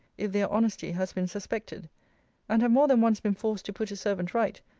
if their honesty has been suspected and have more than once been forced to put a servant right,